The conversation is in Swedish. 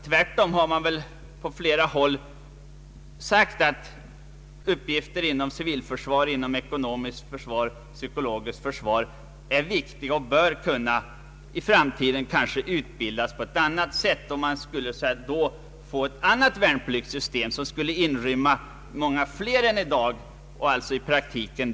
Tvärtom har man på flera håll sagt att uppgifter inom civilförsvar, ekonomiskt försvar och psykologiskt försvar är viktiga och att utbildning härför i framtiden kanske bör kunna meddelas på ett sätt påminnande om värnpliktsutbildning. Man skulle då kunna få ett värnpliktssystem, som skulle inrymma många fler personer än i dag, även kvinnor.